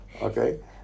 Okay